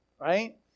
right